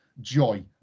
joy